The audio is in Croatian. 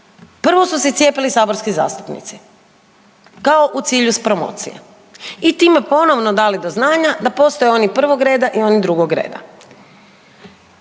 prvo su se cijepili saborski zastupnici kao u cilju promocije i time ponovno dali do znanja da postoje oni prvog reda i oni drugog reda.